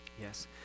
yes